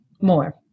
more